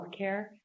healthcare